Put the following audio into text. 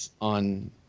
on